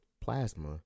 plasma